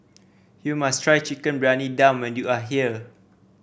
you must try Chicken Briyani Dum when you are here